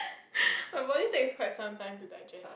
my body takes quite some time to digest